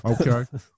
Okay